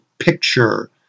picture